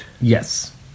Yes